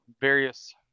various